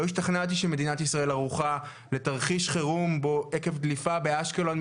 לא השתכנעתי שמדינת ישראל ערוכה לתרחיש חירום בו עקב דליפה באשקלון,